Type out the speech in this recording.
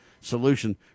solution